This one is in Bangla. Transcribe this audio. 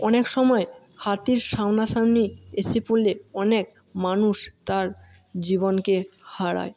অনেক সময় হাতির সামনাসামনি এসে পড়লে অনেক মানুষ তার জীবনকে হারায়